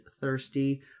thirsty